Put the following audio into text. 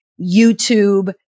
YouTube